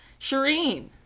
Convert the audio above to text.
Shireen